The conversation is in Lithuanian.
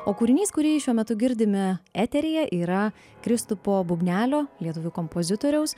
o kūrinys kurį šiuo metu girdime eteryje yra kristupo bubnelio lietuvių kompozitoriaus